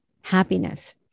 happiness